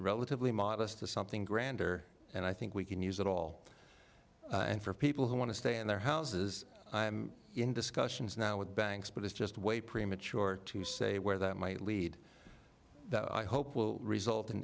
relatively modest to something grander and i think we can use it all and for people who want to stay in their houses in discussions now with banks but it's just way premature to say where that might lead though i hope will result in